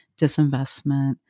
disinvestment